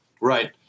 Right